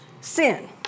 Sin